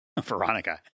Veronica